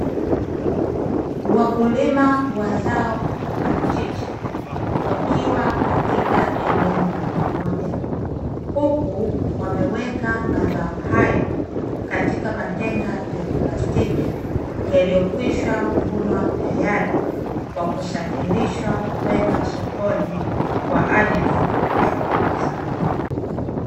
Wakulima wa zao la parachichi, wakiwa katika eneo la pamoja, huku wameweka mazao hayo katika matenga ya plastiki yaliyokwisha vunwa tayari kwa kusafirishwa kwenda sokoni kwa ajili ya kuuza.